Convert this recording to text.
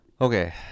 okay